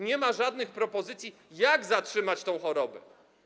Nie ma żadnych propozycji, jak zatrzymać tę chorobę.